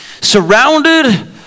surrounded